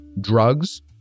drugs